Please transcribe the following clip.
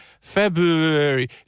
February